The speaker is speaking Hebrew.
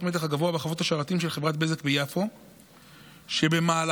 חבר הכנסת עמית הלוי, בבקשה, אחרון